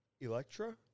Electra